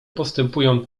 postępują